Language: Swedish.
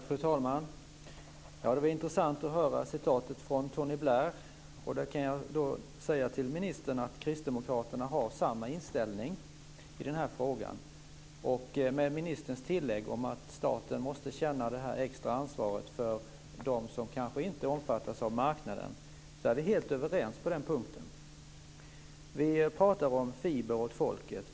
Fru talman! Det var intressant att höra citatet från Tony Blair. Jag kan säga till ministern att kristdemokraterna har samma inställning i den här frågan. Med ministerns tillägg om att staten måste känna ett extra ansvar för dem som kanske inte omfattas av marknaden är vi helt överens på den punkten. Vi pratar om fiber åt folket.